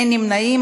אין נמנעים.